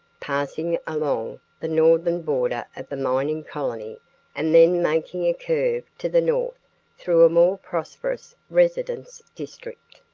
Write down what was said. passing along the northern border of the mining colony and then making a curve to the north through a more prosperous residence district.